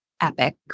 epic